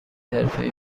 حرفهای